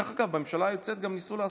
דרך אגב, בממשלה היוצאת גם ניסו לעשות,